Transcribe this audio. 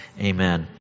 amen